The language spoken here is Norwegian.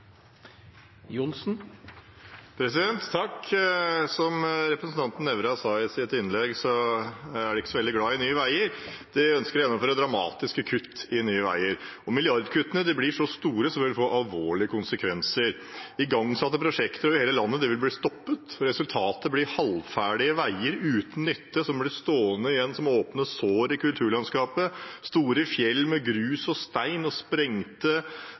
så veldig glad i Nye Veier. De ønsker å gjennomføre dramatiske kutt i Nye Veier. Milliardkuttene blir så store at de vil få alvorlige konsekvenser. Igangsatte prosjekter over hele landet vil bli stoppet. Resultatet blir halvferdige veier uten nytte, som blir stående igjen som åpne sår i kulturlandskapet – store fjell med grus og stein og sprengte